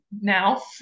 now